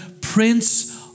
prince